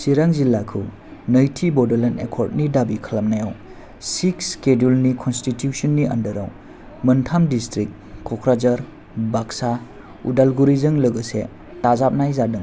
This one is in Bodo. सिरां जिल्लाखौ नैथि बड'लेण्ड एकर्डनि दाबि खालामनायाव सिक्स सिडुलनि कनस्थिथिउसननि आन्दाराव मोनथाम डिसट्रिक क'क्राझार बाक्सा उदालगुरिजों लोगोसे दाजाबनाय जादों